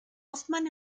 hofmann